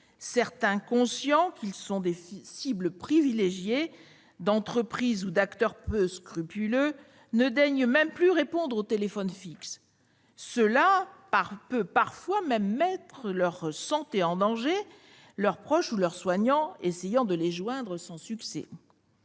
Certains, conscients qu'ils sont les cibles privilégiées d'entreprises ou d'acteurs peu scrupuleux, ne daignent même plus répondre sur leur téléphone fixe, ce qui peut parfois mettre leur santé en danger, leurs proches ou leurs soignants essayant de les joindre sans succès.